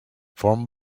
formed